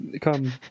come